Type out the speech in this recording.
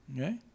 Okay